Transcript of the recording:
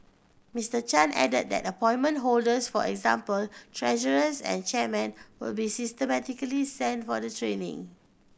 Mister Chan added that appointment holders for example treasurers and chairmen will be systematically sent for the training